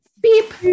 beep